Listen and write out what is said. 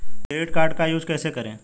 Credit card का use कैसे करें?